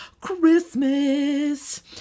Christmas